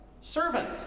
servant